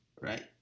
Right